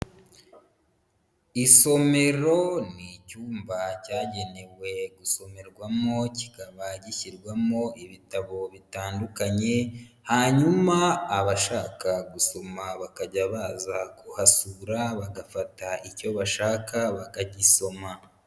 Isomero ni icyumba cyagenewe gusomerwamo kikaba gishyirwamo ibitabo bitandukanye, hanyuma abashaka gusoma bakajya baza kuhasura bagafata icyo bashaka bakagisoma.